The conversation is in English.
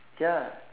ya